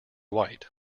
white